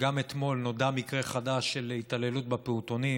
גם אתמול נודע מקרה חדש של התעללות בפעוטונים.